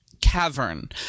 cavern